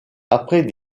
après